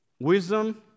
wisdom